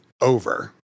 over